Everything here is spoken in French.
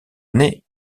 année